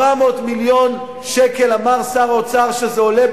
400 מיליון שקל אמר שר האוצר שזה עולה,